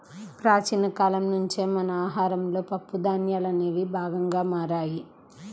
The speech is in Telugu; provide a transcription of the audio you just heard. ప్రాచీన కాలం నుంచే మన ఆహారంలో పప్పు ధాన్యాలనేవి భాగంగా మారాయి